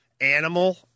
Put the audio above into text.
Animal